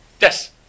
Yes